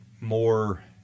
more